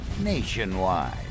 Nationwide